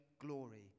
glory